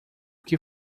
que